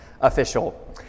official